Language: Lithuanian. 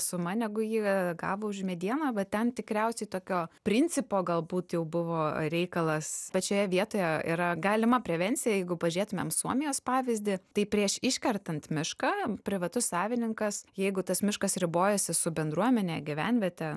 suma negu ji gavo už medieną va ten tikriausiai tokio principo galbūt jau buvo reikalas bet šioje vietoje yra galima prevencija jeigu pažiūrėtumėm suomijos pavyzdį tai prieš iškertant mišką privatus savininkas jeigu tas miškas ribojasi su bendruomene gyvenviete